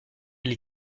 les